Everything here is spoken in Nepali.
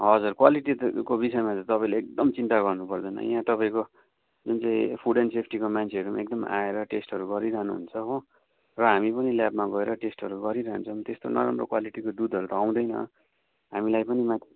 हजुर क्वालिटी त को विषयमा त तपाईँले एकदम चिन्ता गर्नुपर्दैन यहाँ तपाईँको जुन चाहिँ फुड एन्ड सेफ्टीको मान्छेहरू पनि एकदम आएर टेस्टहरू गरिरहनुहुन्छ हो र हामी पनि ल्याबमा गएर टेस्टहरू गरिरहन्छौ पनि त्यस्तो नराम्रो क्वालिटीको दुधहरू त आउँदैन हामीलाई पनि माथि